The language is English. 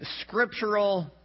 Scriptural